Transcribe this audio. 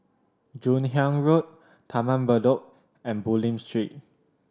Joon Hiang Road Taman Bedok and Bulim Street